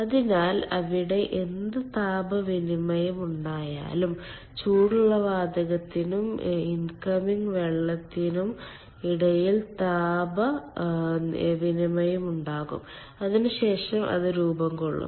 അതിനാൽ അവിടെ എന്ത് താപ വിനിമയം ഉണ്ടായാലും ചൂടുള്ള വാതകത്തിനും ഇൻകമിംഗ് വെള്ളത്തിനും ഇടയിൽ താപ വിനിമയം ഉണ്ടാകും അതിനുശേഷം അത് രൂപം കൊള്ളും